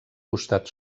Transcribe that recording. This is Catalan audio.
costat